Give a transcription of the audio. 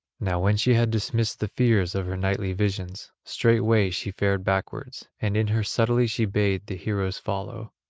now when she had dismissed the fears of her nightly visions, straightway she fared backwards, and in her subtlety she bade the heroes follow,